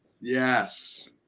Yes